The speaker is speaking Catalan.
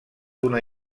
una